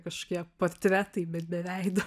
kažkokie portretai bet be veido